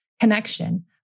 connection